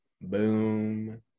Boom